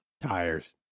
Tires